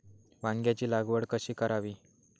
वांग्यांची लागवड कशी करावी?